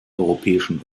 europäischen